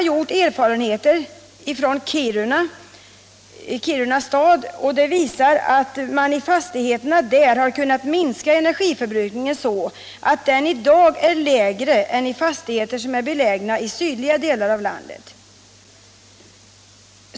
Gjorda erfarenheter har visat att Kiruna tätort i sina fastigheter kunnat minska energiförbrukningen så att den i dag är lägre än i fastigheter som är belägna i sydliga delar av landet.